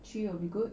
three will be good